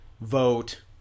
vote